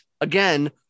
again